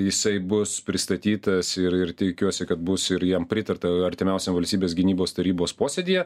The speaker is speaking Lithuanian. jisai bus pristatytas ir ir tikiuosi kad bus ir jam pritarta artimiausiam valstybės gynybos tarybos posėdyje